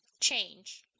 change